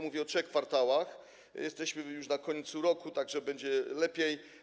Mówię o 3 kwartałach, jesteśmy już na końcu roku, tak że będzie lepiej.